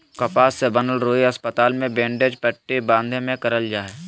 कपास से बनल रुई अस्पताल मे बैंडेज पट्टी बाँधे मे करल जा हय